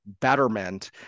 betterment